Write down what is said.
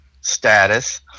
status